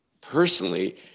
personally